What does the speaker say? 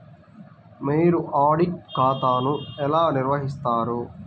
మీరు ఆడిట్ ఖాతాను ఎలా నిర్వహిస్తారు?